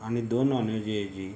आणि दोन नान